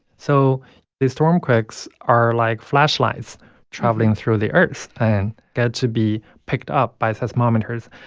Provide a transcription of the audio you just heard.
so these stormquakes are like flashlights traveling through the earth and get to be picked up by seismometers.